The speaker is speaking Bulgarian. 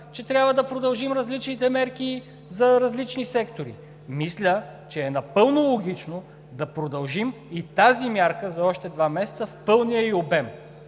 че трябва да продължим различните мерки за различните сектори, мисля, че е напълно логично да продължим и тази мярка за още два месеца в пълния ѝ обем.